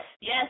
yes